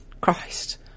Christ